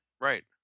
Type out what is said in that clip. Right